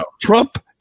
Trump